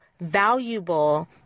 valuable